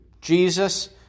Jesus